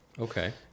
Okay